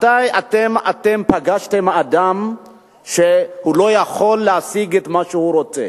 מתי אתם פגשתם אדם שלא יכול להשיג את מה שהוא רוצה?